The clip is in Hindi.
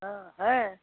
हाँ है